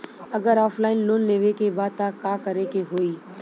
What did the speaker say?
अगर offline loan लेवे के बा त का करे के होयी?